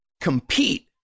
compete